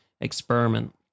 experiment